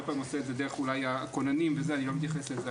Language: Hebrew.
פעמים דרך הכוננים אני לא מתייחס לזה,